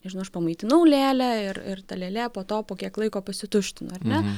nežinau aš pamaitinau lėlę ir ir ta lėlė po to po kiek laiko pasituštino ar ne